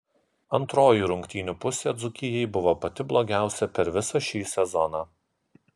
antroji rungtynių pusė dzūkijai buvo pati blogiausia per visą šį sezoną